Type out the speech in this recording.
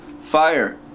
fire